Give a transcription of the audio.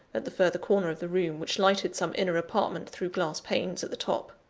at the further corner of the room, which lighted some inner apartment through glass panes at the top.